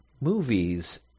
movies